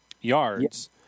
yards